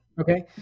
okay